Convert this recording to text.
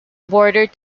bordered